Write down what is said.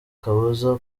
kabuza